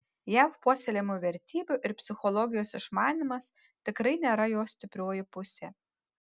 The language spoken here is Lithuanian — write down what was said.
jav puoselėjamų vertybių ir psichologijos išmanymas tikrai nėra jo stiprioji pusė